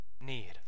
need